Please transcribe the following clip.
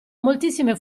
moltissime